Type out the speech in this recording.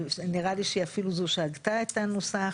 שנראה לי שהיא אפילו זאת שעשתה את הנוסח.